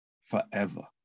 forever